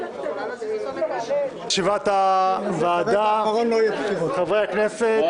10:09.) חברי הכנסת,